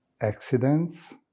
accidents